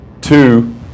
Two